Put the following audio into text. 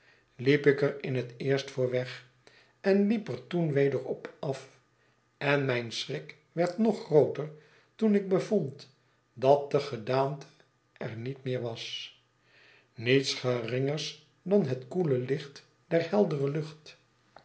liep ik er in het eerst voor weg en liep ik er toen weder op af en mijn schrik werd nog grooter toen ik bevond dat de gedaante er niet meer was niets geringers dan het koele licht der heldere lucht